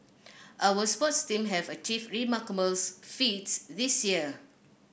our sports teams have achieved remarkable feats this year